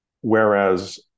Whereas